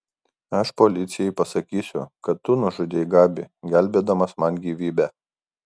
aš policijai pasakysiu kad tu nužudei gabį gelbėdamas man gyvybę